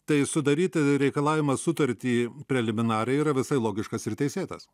tai sudaryti reikalavimą sutartį preliminarią yra visai logiškas ir teisėtas